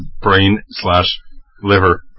brain-slash-liver